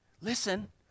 Listen